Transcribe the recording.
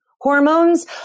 hormones